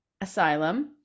Asylum